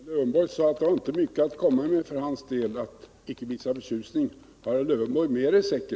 Herr talman! Herr Lövenborg sade att det inte var mycket att komma med för hans del att icke visa förtjusning. Har herr Lövenborg mera i säcken?